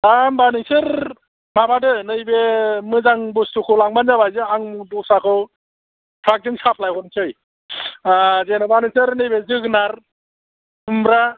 हा होनबा नोंसोर माबादो नैबे मोजां बुस्थुखौ लांबानो जाबाय आं दस्राखौ ट्राक जों साप्लाय हरनोसै जेनेबा नोंसोर नैबे जोगोनार खुम्ब्रा